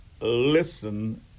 listen